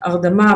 הרדמה,